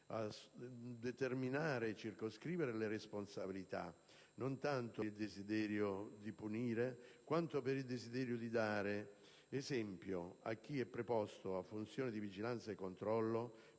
determinare e circoscrivere le responsabilità, non tanto per il desiderio di punire, quanto per il desiderio di dare esempio a chi è preposto alla funzione di vigilanza e controllo